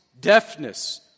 deafness